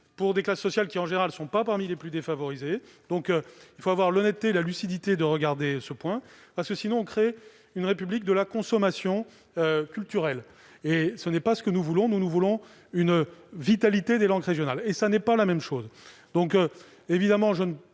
faveur de classes sociales qui, en général, ne sont pas parmi les plus défavorisés. Il faut avoir l'honnêteté et la lucidité de traiter cette question, sans quoi on crée une République de la consommation culturelle. Ce n'est pas ce que nous voulons, nous voulons la vitalité des langues régionales, ce qui n'est pas la même chose.